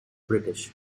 british